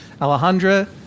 Alejandra